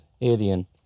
alien